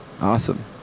awesome